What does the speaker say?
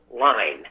line